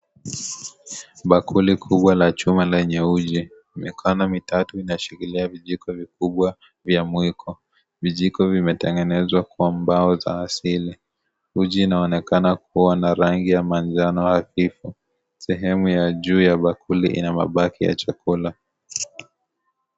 Bakuli kubwa la chuma lenye uji. Mikono mitatu inashikilia vijiko vikubwa vya mwiko. Vijiko vimetengezwa kwa mbao za asili. Uji inaonekana kuwa na rangi ya manjano hafifu. Sehemu ya juu ya bakuli ina mabaki ya chakula.